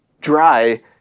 dry